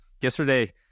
Yesterday